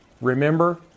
Remember